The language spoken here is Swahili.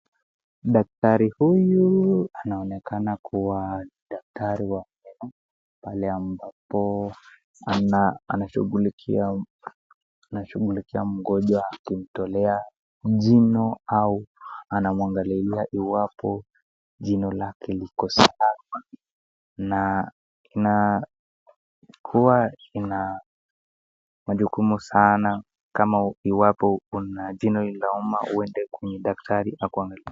Daktari huyu anaonekana kuwa daktari wa meno pale ambapo ana anashughulikia anashughulikia mgonjwa akimtolea jino au anamuangalia iwapo jino lake liko salama. Na inakuwa ina majukumu sana kama iwapo una jino linauma uende kwa daktari akuangalie.